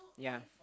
ya